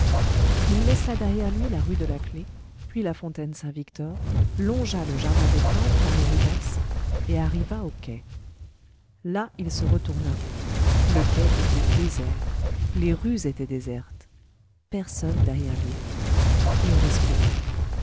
il laissa derrière lui la rue de la clef puis la fontaine saint-victor longea le jardin des plantes par les rues basses et arriva au quai là il se retourna le quai était désert les rues étaient désertes personne derrière lui il respira